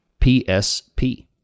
PSP